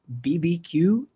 BBQ